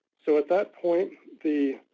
so at that point the